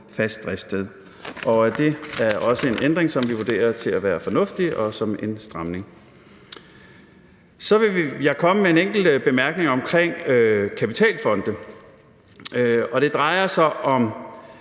fast driftssted. Det er også en ændring, som vi vurderer er fornuftig og er en stramning. Så vil jeg komme med en enkelt bemærkning om kapitalfonde. Det drejer sig om,